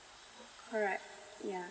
correct yeah